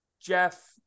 Jeff